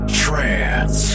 trance